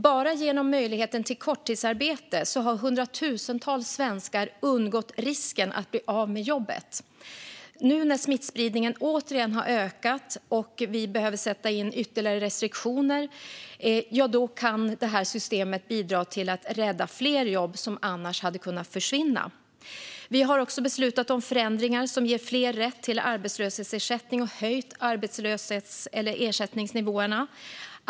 Bara genom möjligheten till korttidsarbete har hundratusentals svenskar undgått risken att bli av med jobbet. Nu när smittspridningen återigen har ökat och vi behöver sätta in ytterligare restriktioner kan det systemet bidra till att rädda fler jobb som annars hade kunnat försvinna. Vi har också beslutat om förändringar som ger fler rätt till arbetslöshetsersättning och har höjt ersättningsnivåerna.